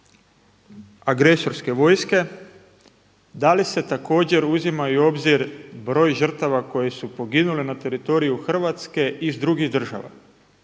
agresorske vojske da li se također uzima u obzir broj žrtava koje su poginule na teritoriju Hrvatske iz drugih država.